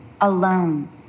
alone